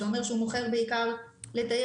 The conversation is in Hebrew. שאומר שהוא מוכר בעיקר לתיירים.